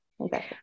Okay